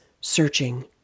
searching